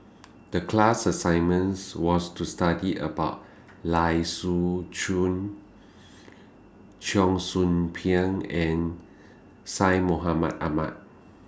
The class assignments was to study about Lai Siu Chiu Cheong Soo Pieng and Syed Mohamed Ahmed